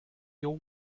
your